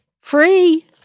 free